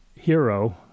hero